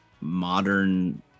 modern